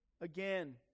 again